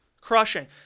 Crushing